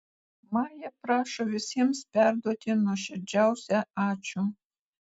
maja prašo visiems perduoti nuoširdžiausią ačiū